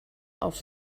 auf